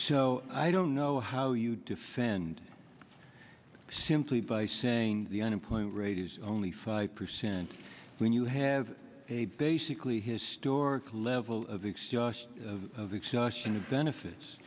so i don't know how you defend simply by saying the unemployment rate is only five percent when you have a basically historic level of excess of exhaustion of benefits